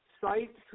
sites